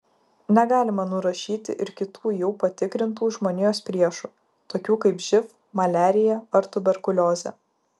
negalima nurašyti ir kitų jau patikrintų žmonijos priešų tokių kaip živ maliarija ar tuberkuliozė